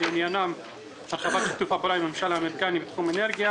שעניינן הרחבת שיתוף הפעולה עם הממשל האמריקאי בתחום האנרגיה